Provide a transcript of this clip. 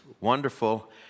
wonderful